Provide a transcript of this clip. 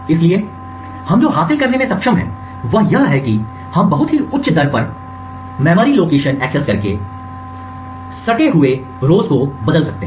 इसलिए हम जो हासिल करने में सक्षम हैं वह यह है कि हम बहुत ही उच्च दर पर मेमोरी लोकेशन एक्सेस करके आसन्न पंक्तियों सटा हुआ को टॉगल बदल सकते हैं